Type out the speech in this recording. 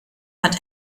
hat